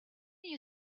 you